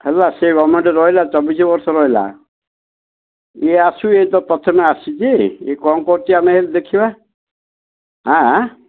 ହେଲା ସେ ଗଭର୍ଣ୍ଣମେଣ୍ଟ ରହିଲା ଚବିଶ ବର୍ଷ ରହିଲା ଇଏ ଆସୁ ଇଏ ତ ପ୍ରଥମେ ଆସିଛି ଇଏ କ'ଣ କରୁଛି ଆମେ ହେଲେ ଦେଖିବା ହଁ